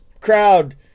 crowd